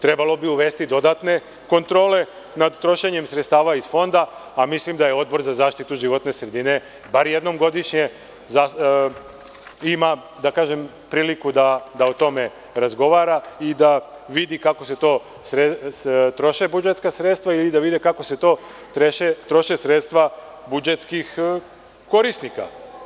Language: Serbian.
Trebali bi uvesti dodatne kontrole nad trošenjem sredstava iz Fonda, a mislim da Odbor za zaštitu životne sredine bar jednom godišnje ima priliku da o tome razgovara i da vidi kako se to troše budžetska sredstva, ili kako se troše sredstva budžetskih korisnika.